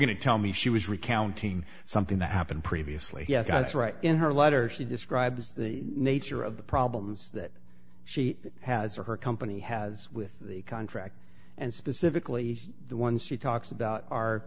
going to tell me she was recounting something that happened previously yes that's right in her letter she describes the nature of the problems that she has or her company has with the contract and specifically the ones she talks about are